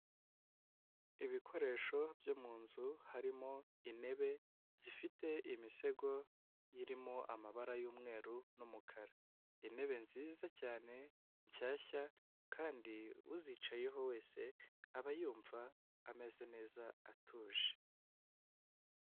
Ibikoresho byo mu nzu harimo intebe zifite imisego irimo amabara y'umweru n'umukara; intebe nziza cyane nshyashya, kandi uzicayeho wese aba yumva ameze neza atuje.